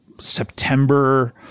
September